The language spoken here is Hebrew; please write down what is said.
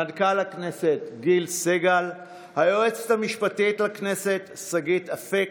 מנכ"ל הכנסת גיל סגל; היועצת המשפטית לכנסת שגית אפיק,